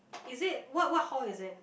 is it what what hall is it